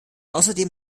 außerdem